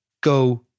go